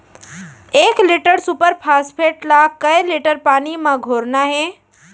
एक litre superphosphate ला कए लीटर पानी मा घोरना हे?